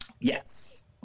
Yes